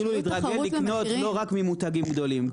ויתחילו להתרגל לקנות לא רק ממותגים גדולים.